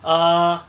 (uh huh)